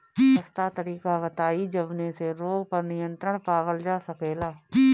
सस्ता तरीका बताई जवने से रोग पर नियंत्रण पावल जा सकेला?